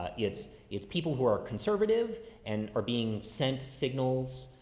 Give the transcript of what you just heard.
ah, it's, if people who are conservative and are being sent signals,